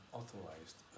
authorized